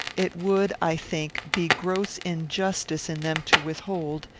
it would, i think, be gross injustice in them to withhold,